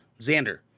Xander